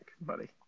buddy